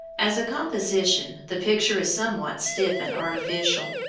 as a composition, the picture is somewhat stiff and artificial,